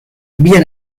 bien